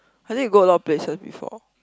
I think you go a lot of places before